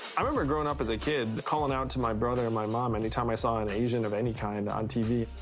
i remember growing up as a kid calling out to my brother and my mom anytime i saw an asian of any kind on tv.